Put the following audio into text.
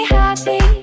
happy